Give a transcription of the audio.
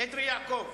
אדרי יעקב,